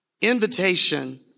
invitation